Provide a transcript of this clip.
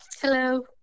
Hello